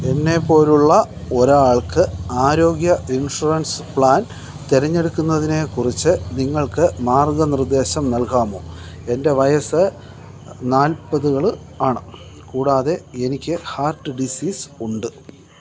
എന്നെപ്പോലുള്ള ഒരാൾക്ക് ആരോഗ്യ insurance plan തിരഞ്ഞെടുക്കുന്നതിനെക്കുറിച്ച് നിങ്ങൾക്ക് മാർഗ്ഗ നിർദ്ദേശം നൽകാമോ എൻ്റെ വയസ്സ് നാൽപ്പതുകൾ ആണ് കൂടാതെ എനിക്ക് ഹാർട്ട് ഡിസീസ് ഉണ്ട്